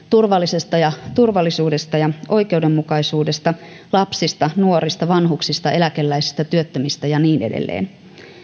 turvallisuudesta ja turvallisuudesta ja oikeudenmukaisuudesta lapsista nuorista vanhuksista eläkeläisistä työttömistä ja niin edelleen